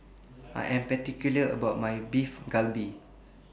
I Am particular about My Beef Galbi